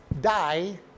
die